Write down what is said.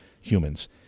humans